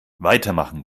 weitermachen